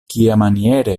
kiamaniere